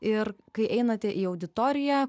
ir kai einate į auditoriją